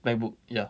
macbook ya